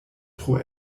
tro